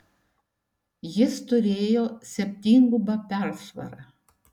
jis turėjo septyngubą persvarą